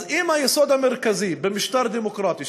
אז אם היסוד המרכזי במשטר דמוקרטי,